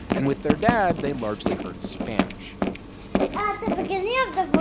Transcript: and with their dad, they largely heard spanish at the beginning of divorce,